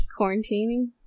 quarantining